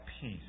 peace